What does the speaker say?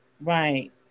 Right